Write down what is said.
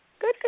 good